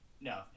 No